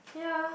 ya